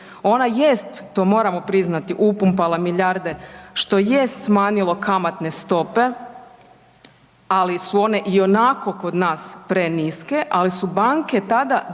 Ona jest, to moramo priznati, upumpala milijarde što jest smanjilo kamatne stope, ali su one i onako kod nas preniske, ali su banke tada